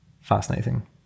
fascinating